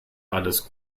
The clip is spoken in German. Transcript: alles